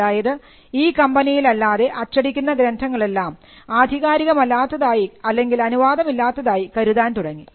അതായത് ഈ കമ്പനിയിൽ അല്ലാതെ അച്ചടിക്കുന്ന ഗ്രന്ഥങ്ങളെല്ലാം ആധികാരികമല്ലാത്തതായി അല്ലെങ്കിൽ അനുവാദമില്ലാത്തതായി കരുതാൻ തുടങ്ങി